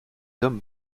hommes